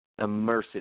immersive